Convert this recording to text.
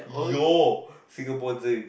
your Singapore dream